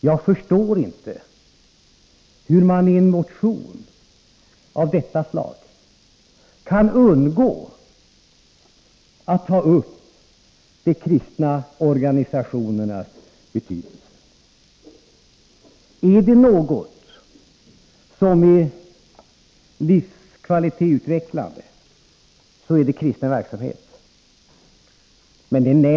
Jag förstår inte hur man i en motion av detta slag kan undgå att ta upp de kristna organisationernas betydelse. Är det något som kan utveckla livskvaliteten är det den kristna verksamheten.